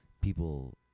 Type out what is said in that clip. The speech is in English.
people